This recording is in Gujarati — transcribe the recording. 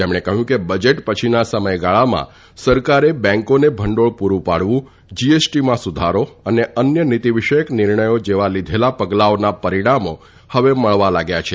તેમણે કહ્યું કે બજેટ પછીના સમયગાળામાં સરકારે બેંકોને ભંડોળ પુરૂ પાડવું જીએસટીમાં સુધારો અને અન્ય નીતીવિષયક નિર્ણયો જેવા લીધેલા પગલાંઓના પરીણામો મળવા લાગ્યા છે